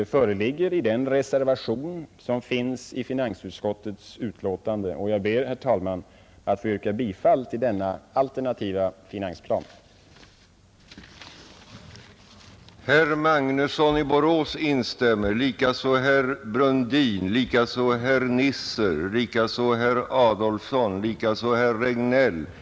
Ett sådant föreligger i den reservation som fogats vid finansutskottets betänkande nr 1. Jag ber, herr talman, att få hemställa att denna alternativa finansplan antages.